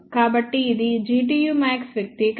కాబట్టి ఇది Gtu max వ్యక్తీకరణ